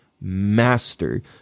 master